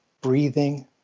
breathing